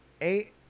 eight